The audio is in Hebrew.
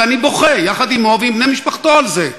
ואני בוכה יחד עם בני משפחתו על זה.